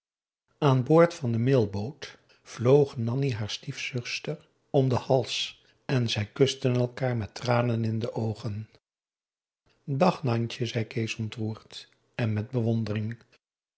aan boord van de mailboot vloog nanni haar stiefzuster om den hals en zij kusten elkaâr met tranen in de oogen dag nantje zei kees ontroerd en met bewondering